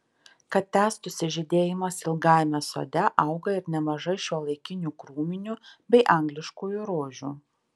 kad tęstųsi žydėjimas ilgajame sode auga ir nemažai šiuolaikinių krūminių bei angliškųjų rožių